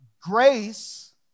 Grace